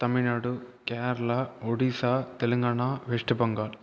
Tamil Nadu Kerala Odisha Telangana West Bengal